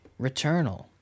Returnal